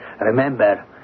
Remember